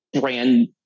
brand